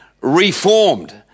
reformed